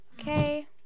Okay